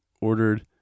ordered